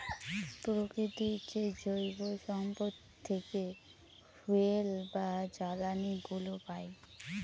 প্রকৃতির যে জৈব সম্পদ থেকে ফুয়েল বা জ্বালানিগুলো পাই